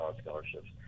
scholarships